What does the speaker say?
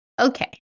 Okay